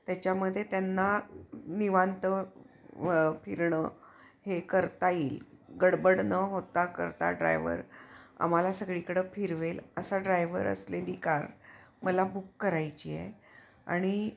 त्याच्यामध्ये त्यांना निवांत फिरणं हे करता येईल गडबड न होता करता ड्रायव्हर आम्हाला सगळीकडं फिरवेल असा ड्रायव्हर असलेली कार मला बुक करायची आहे आणि